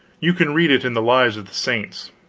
you can read it in the lives of the saints.